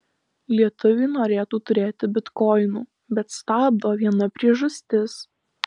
lietuviai norėtų turėti bitkoinų bet stabdo viena priežastis